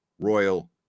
Royal